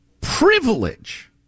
privilege